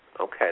Okay